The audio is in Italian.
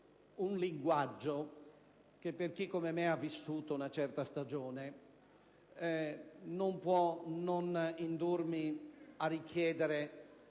un linguaggio che per chi come me ha vissuto una certa stagione non può non indurmi a chiedere